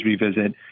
revisit